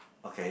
okay